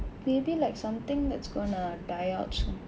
maybe like something that's gonna die out